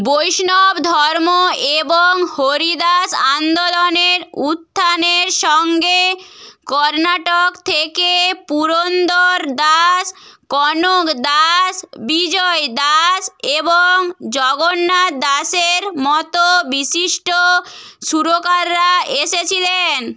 বৈষ্ণব ধর্ম এবং হরিদাস আন্দোলনের উত্থানের সঙ্গে কর্ণাটক থেকে পুরন্দর দাস কনক দাস বিজয় দাস এবং জগন্নাথ দাসের মতো বিশিষ্ট সুরকাররা এসেছিলেন